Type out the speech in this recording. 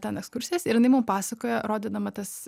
ten ekskursijas ir jinai mum pasakojo rodydama tas